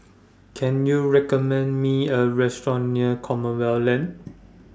Can YOU recommend Me A Restaurant near Commonwealth Lane